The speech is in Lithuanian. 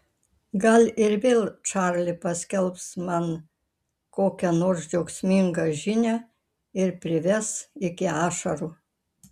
gal ir vėl čarli paskelbs man kokią nors džiaugsmingą žinią ir prives iki ašarų